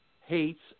hates